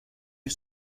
you